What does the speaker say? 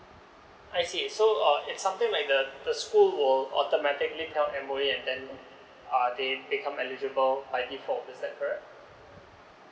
I see so uh it something like the the school will automatically tell M_O_E and then they um become eligible uh is that correct